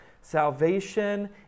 salvation